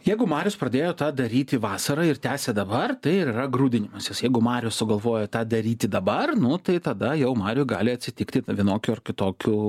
jeigu marius pradėjo tą daryti vasarą ir tęsia dabar tai ir yra grūdinimasis jeigu marius sugalvojo tą daryti dabar nu tai tada jau mariui gali atsitikti vienokių ar kitokių